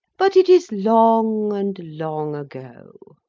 but, it is long and long ago.